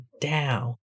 down